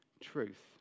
truth